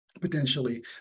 potentially